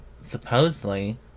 supposedly